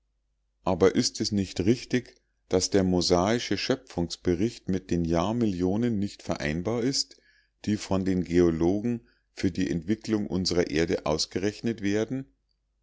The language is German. aber ist es nicht richtig daß der mosaische schöpfungsbericht mit den jahrmillionen nicht vereinbar ist die von den geologen für die entwicklung unsrer erde ausgerechnet werden